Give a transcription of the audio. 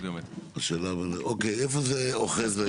איפה זה אוחז?